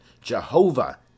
jehovah